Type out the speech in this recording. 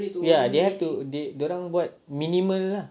ya they have to they dia orang buat minimal lah